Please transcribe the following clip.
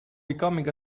becoming